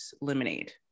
lemonade